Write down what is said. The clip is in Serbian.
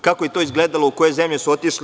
Kako je to izgledalo, u koje zemlje su otišli?